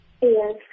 Yes